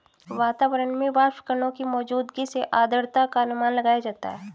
वातावरण में वाष्पकणों की मौजूदगी से आद्रता का अनुमान लगाया जाता है